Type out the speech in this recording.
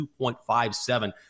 2.57